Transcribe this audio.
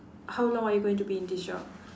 how long are you going to be in this job